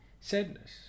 sadness